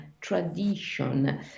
tradition